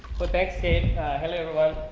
but backstage hello